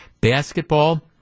Basketball